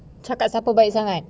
cakap siapa baik sangat